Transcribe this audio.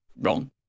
wrong